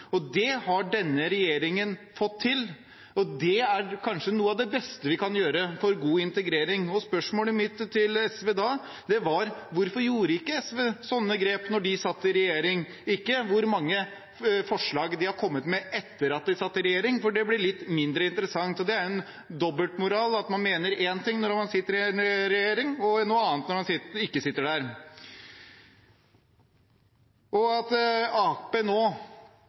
imot. Det har denne regjeringen fått til, og det er kanskje noe av det beste vi kan gjøre for god integrering. Spørsmålet mitt til SV var da hvorfor SV ikke tok slike grep da de satt i regjering – ikke hvor mange forslag de har kommet med etter at de satt i regjering, for det blir litt mindre interessant. Det er dobbeltmoral at man mener én ting når man sitter i regjering, og noe annet når man ikke sitter der. At Arbeiderpartiet i dag faktisk er ute og sier at de nå